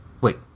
Wait